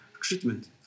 treatment